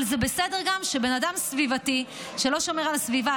אבל זה גם בסדר שבן אדם סביבתי לא שומר על הסביבה,